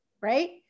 right